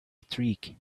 streak